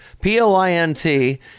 p-o-i-n-t